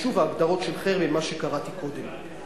ושוב ההגדרות של "חרם" מה שקראתי קודם.